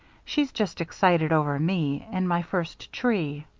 she's just excited over me and my first tree.